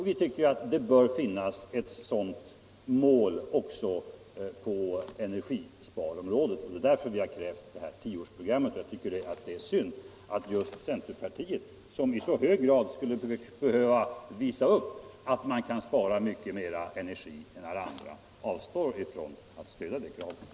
Vi tycker att det bör finnas ett sådant mål också på energisparområdet, och det är därför vi har krävt det aktuella tioårsprogrammet. Jag tycker att det är synd att just centerpartiet, som i så hög grad skulle behöva visa upp att det i mycket större utsträckning än alla andra kan anvisa vägar för energisparande, avstår från att stödja detta krav.